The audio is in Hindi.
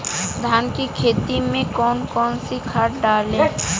धान की खेती में कौन कौन सी खाद डालें?